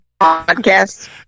podcast